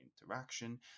interaction